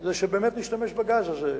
זה שבאמת נשתמש בגז הזה,